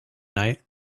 night